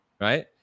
right